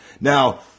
Now